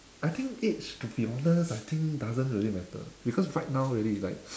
I think age to be honest I think doesn't really matter because right now really like